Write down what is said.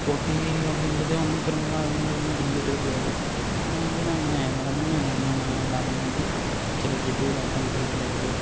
போட்டி அப்படிங்கிறது ஒன்றும் பெரும்பாலும் அது மாதிரி எதுமே கலந்துக்கிட்டது கிடையாது ஆனால் வந்து நாங்கள் எல்லாருமே எங்கள் அண்ண நாங்கள் எல்லாருமே வந்து நீச்சல் அடிச்சிட்டு இதாட்டம் போய்ட்டு வரது